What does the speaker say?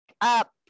up